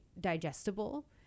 digestible